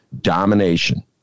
domination